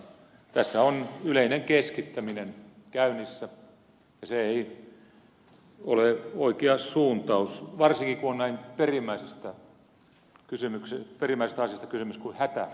tässä on yleinen keskittäminen käynnissä ja se ei ole oikea suuntaus varsinkaan kun on näin perimmäisestä asiasta kysymys kuin hätäkeskuksista